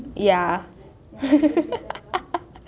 ya